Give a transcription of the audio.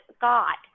God